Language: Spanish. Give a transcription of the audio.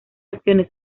acciones